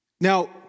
Now